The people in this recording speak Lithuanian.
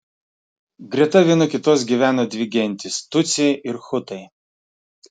greta viena kitos gyvena dvi gentys tutsiai ir hutai